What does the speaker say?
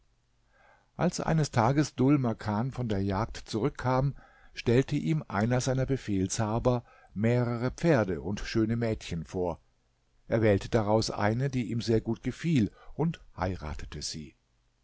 als eines tages dhul makan von der jagd zurückkam stellte ihm einer seiner befehlshaber mehrere pferde und schöne mädchen vor er wählte daraus eine die ihm sehr gut gefiel und heiratete sie